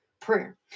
prayer